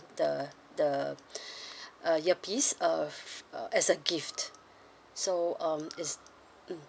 the the uh ear piece uh uh as a gift so um it's mm